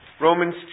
Romans